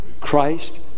Christ